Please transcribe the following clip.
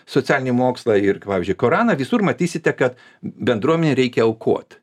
socialinį mokslą ir pavyzdžiui koraną visur matysite kad bendruomenei reikia aukot